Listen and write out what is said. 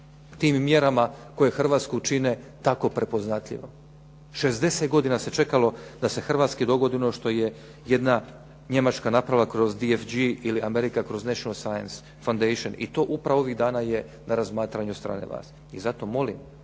tim mjerama koju Hrvatsku čine tako prepoznatljivom. 60 godina se čekalo da se Hrvatskoj dogodi ono što je jedna Njemačka napravila kroz DFJ ili Amerika kroz "Nacional science fondacion" i to upravo ovih dana je na razmatranju od strane vlasti. I zato molim